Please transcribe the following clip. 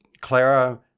Clara